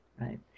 right